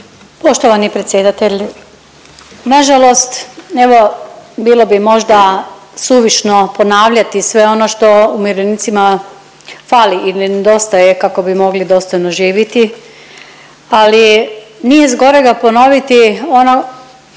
Poštovani predsjedatelju, nažalost evo bilo bi možda suvišno ponavljati sve ono što umirovljenicima fali ili nedostaje kako bi mogli dostojno živiti, ali nije zgorega ponoviti ono